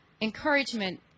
encouragement